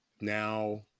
now